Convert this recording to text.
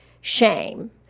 shame